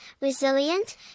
resilient